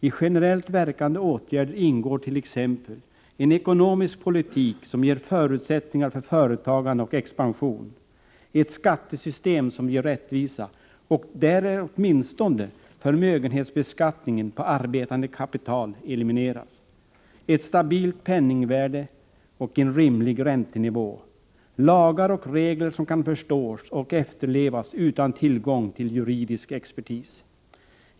I generellt verkande åtgärder ingår t.ex.: en ekonomisk politik som ger förutsättningar för företagande och expansion, ett skattesystem som ger rättvisa och där åtminstone förmögenhetsbeskattningen på arbetande kapital elimineras, ett stabilt penningvärde och en rimlig räntenivå, lagar och regler som kan förstås och efterlevas utan tillgång till juridisk expertis.